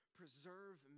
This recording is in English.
preserve